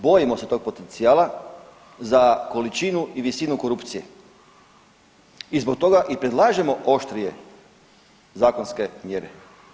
Bojimo se tog potencijala za količinu i visinu korupcije i zbog toga i predlažemo oštrije zakonske mjere.